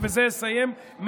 ובזה אסיים,